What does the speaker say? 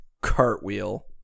cartwheel